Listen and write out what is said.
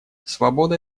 свобода